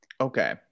Okay